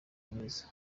mwiza